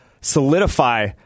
solidify